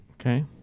Okay